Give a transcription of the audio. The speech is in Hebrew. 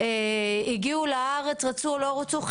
הגיעו לארץ רצו או לא רצו,